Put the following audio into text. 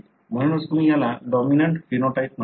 म्हणूनच तुम्ही याला डॉमिनंट फिनोटाइप म्हणता